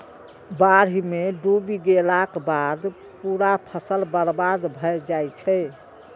बाढ़ि मे डूबि गेलाक बाद पूरा फसल बर्बाद भए जाइ छै